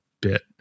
bit